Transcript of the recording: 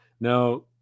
Now